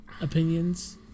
opinions